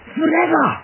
forever